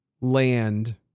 land